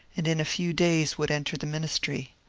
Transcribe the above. and in a few days would enter the minbtry.